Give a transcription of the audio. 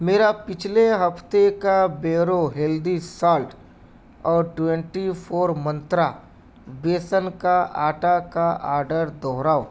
میرا پچھلے ہفتے کا بیورو ہیلدی سالٹ اور ٹوینٹی فور منترا بیسن کا آٹا کا آرڈر دوہراؤ